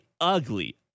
ugly